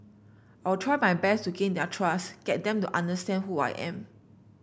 I'll try my best to gain their trust get them to understand who I am